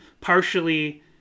partially